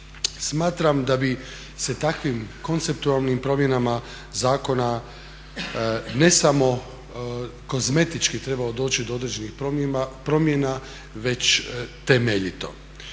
Smatram da bi se takvim konceptualnim promjenama zakon ne samo kozmetički doći do određenih promjena već temeljito